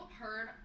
heard